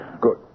Good